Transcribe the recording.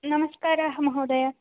नमस्काराः महोदय